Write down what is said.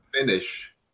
Finish